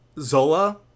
zola